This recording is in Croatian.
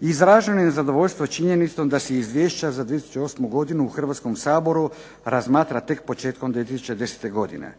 izražujem zadovoljstvo činjenicom da se izvješća za 2008. godinu u Hrvatskom saboru razmatra tek početkom 2010. godine.